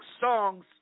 songs